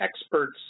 experts